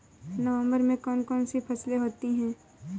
नवंबर में कौन कौन सी फसलें होती हैं?